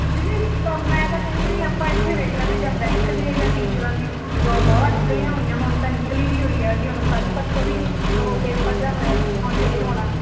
ਦੀਦੀ ਬ ਮੈਂ ਤਾਂ ਕਹਿੰਦੀ ਹਾਂ ਵੀ ਆਪਾਂ ਇੱਥੇ ਵੇਖ ਲੈਂਦੇ ਜਾਂ ਬੈਂਕ ਦੀ ਇਹਨਾਂ ਟੀਚਰਾਂ ਦੀ ਜੋਬ ਵਾਹ ਵਾਹ ਨਿਕਲੀਆਂ ਹੋਈਆਂ ਹੁਣ ਤਾਂ ਨਿਕਲੀ ਵੀ ਹੋਈ ਹੈਗੀ ਹੁਣ ਕੱਲ੍ਹ ਪਰਸੋਂ ਵੀ ਉਹ ਪੇਪਰ ਜਿਹਾ ਹੋਇਆ ਸੀ ਹੁਣ ਫਿਰ ਹੋਣਾ